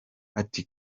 ati